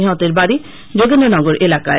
নিহতের বাডি যোগেন্দ্র নগর এলাকায়